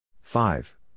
Five